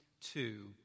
two